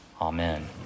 Amen